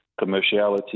commerciality